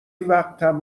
وقتم